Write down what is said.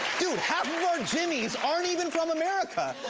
dude, half of our jimmys aren't even from america,